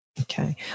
Okay